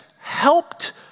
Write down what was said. helped